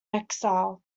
exile